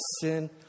sin